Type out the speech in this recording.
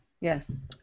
Yes